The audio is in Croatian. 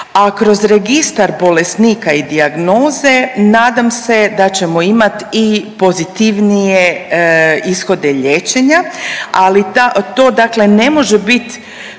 a kroz registar bolesnika i dijagnoze nadam se da ćemo imat i pozitivnije ishode liječenja, ali to dakle ne može bit,